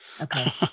Okay